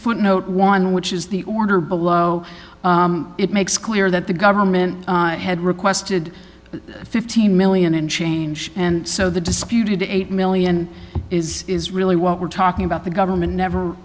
footnote one which is the order below it makes clear that the government had requested fifteen million and change and so the disputed eight million is is really what we're talking about the government never